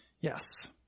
yes